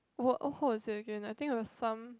what hall is it again I think there are some